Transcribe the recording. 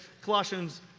Colossians